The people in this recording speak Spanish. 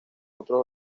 otros